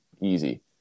Easy